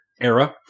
era